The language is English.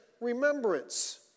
remembrance